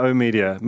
O-Media